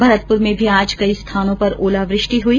भरतपुर में भी आज कई स्थानों पर ओलावृष्टि हुई